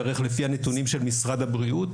לפי הנתונים של משרד הבריאות,